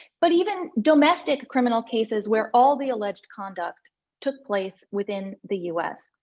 but even domestic criminal cases where all the alleged conduct took place within the u s.